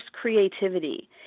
creativity